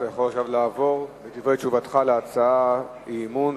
אתה יכול עכשיו לעבור לדברי תשובתך על הצעת האי-אמון.